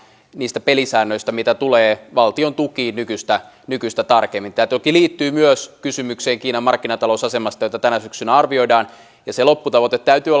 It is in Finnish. niistä pelisäännöistä mitä tulee valtiontukiin nykyistä nykyistä tarkemmin tämä toki liittyy myös kysymykseen kiinan markkinatalousasemasta jota tänä syksynä arvioidaan ja lopputavoitteen täytyy